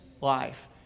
life